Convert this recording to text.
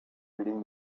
reading